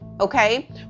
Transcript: okay